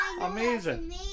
Amazing